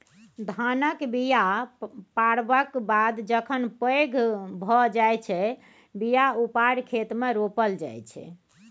धानक बीया पारबक बाद जखन पैघ भए जाइ छै बीया उपारि खेतमे रोपल जाइ छै